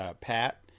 Pat